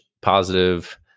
positive